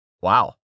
wow